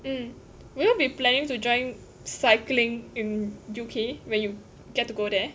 hmm will you be planning to join cycling in U_K when you get to go there